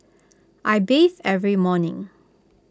I bathe every morning